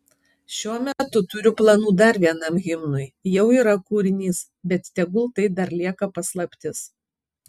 šiuo metu turiu planų dar vienam himnui jau yra kūrinys bet tegul tai dar lieka paslaptis